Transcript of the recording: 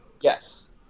Yes